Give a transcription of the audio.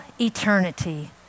eternity